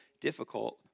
difficult